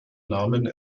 namen